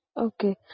Okay